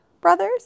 brothers